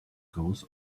goes